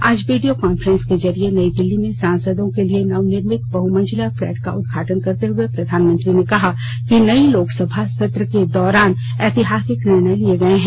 आज video conference के जरिए नई दिल्ली में सांसदों के लिए नवनिर्मित बहमंजिला फ्लैट का उदघाटन करते हुए प्रधानमंत्री ने कहा कि नई लोकसभा सत्र के दौरान ऐतिहासिक निर्णय लिए गए हैं